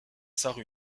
sarre